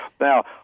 Now